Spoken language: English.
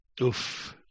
Oof